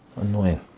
Annoying